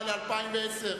ל-2010.